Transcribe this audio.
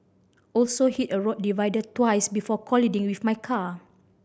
also hit a road divider twice before colliding with my car